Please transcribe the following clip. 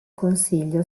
consiglio